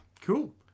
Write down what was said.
cool